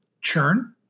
churn